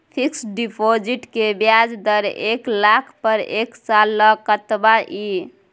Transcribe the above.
Fixed deposit के ब्याज दर एक लाख पर एक साल ल कतबा इ?